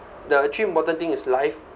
the three important thing is life